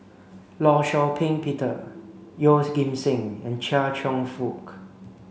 Law Shau Ping Peter Yeoh's Ghim Seng and Chia Cheong Fook